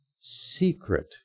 secret